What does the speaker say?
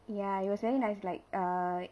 ya it was very nice like err